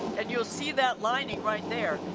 and you'll see that lining right there,